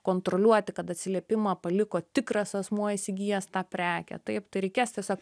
kontroliuoti kad atsiliepimą paliko tikras asmuo įsigijęs tą prekę taip tai reikės tiesiog